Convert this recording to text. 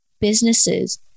businesses